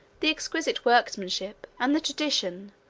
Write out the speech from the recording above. the exquisite workmanship, and the tradition,